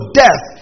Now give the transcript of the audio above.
death